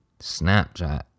snapchat